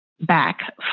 back